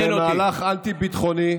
זה מהלך אנטי-ביטחוני,